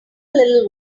little